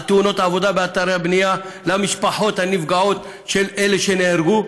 תאונות עבודה באתרי הבנייה למשפחות הנפגעות של אלה שנהרגו.